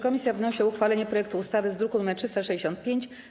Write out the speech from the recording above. Komisja wnosi o uchwalenie projektu ustawy z druku nr 365.